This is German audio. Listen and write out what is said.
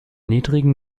niedrigen